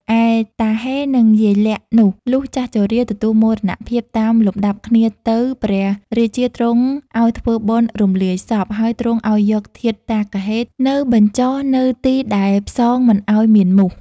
ឯតាហ៊េ និង យាយលាក់នោះ លុះចាស់ជរា ទទួលមរណភាពតាមលំដាប់គ្នាទៅព្រះរាជាទ្រង់ឲ្យធ្វើបុណ្យរំលាយសព ហើយទ្រង់ឲ្យយកធាតុតាគហ៊េ នៅបញ្ចុះនៅទីដែលផ្សងមិនឲ្យមានមូស។